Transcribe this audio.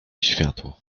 światło